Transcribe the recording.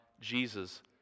Jesus